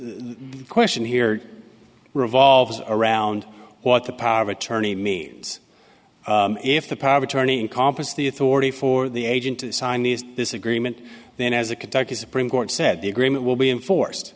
the question here revolves around what the power of attorney means if the power of attorney in compas the authority for the agent to sign these this agreement then as a kentucky supreme court said the agreement will be enforced